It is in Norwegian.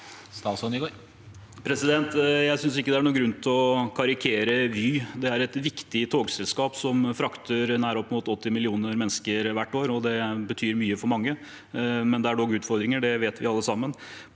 Jeg synes ikke det er noen grunn til å karikere Vy. Det er et viktig togselskap som frakter nær opp mot 80 millioner mennesker hvert år, og det betyr mye for mange. Det er dog utfordringer; det vet vi alle sammen.